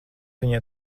viņai